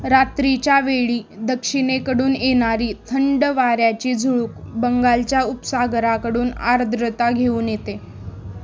रात्रीच्या वेळी दक्षिणेकडून येणारी थंड वाऱ्याची झुळूक बंगालच्या उपसागराकडून आर्द्रता घेऊन येते